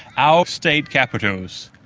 our state capitals,